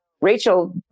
Rachel